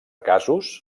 casos